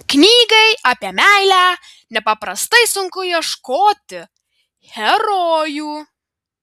knygai apie meilę nepaprastai sunku ieškoti herojų